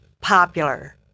popular